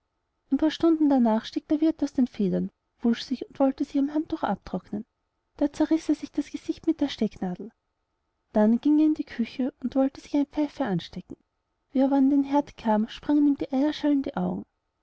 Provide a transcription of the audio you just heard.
ein paar stunden darnach stieg der wirth aus den federn wusch sich und wollte sich am handtuch abtrocknen da zerriß er sich das gesicht mit der stecknadel dann ging er in die küche und wollte sich eine pfeife anstecken wie er aber an den heerd kam sprangen ihm die eierschalen in die augen